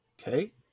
Okay